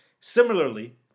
similarly